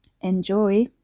Enjoy